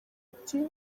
ati